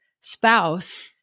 spouse